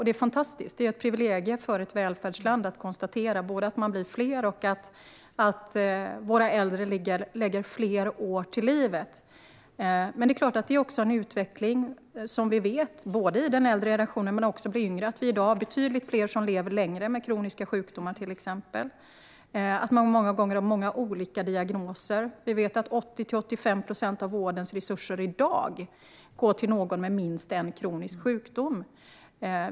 Det är fantastiskt och ett privilegium för ett välfärdsland att vi både blir fler och att våra äldre lägger fler år till livet. Men det innebär också att fler lever längre med kroniska sjukdomar och att många har flera olika diagnoser. I dag går 80-85 procent av vårdens resurser till någon med minst en kronisk sjukdom.